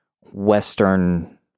Western